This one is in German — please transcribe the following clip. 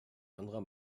anderer